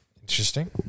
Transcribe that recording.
Interesting